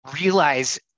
realize